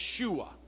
Yeshua